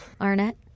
Arnett